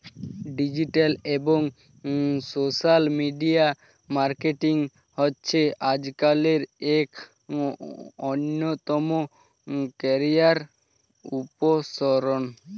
digital এবং social media marketing হচ্ছে আজকালের এক অন্যতম ক্যারিয়ার অপসন